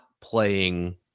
playing